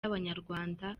y’abanyarwanda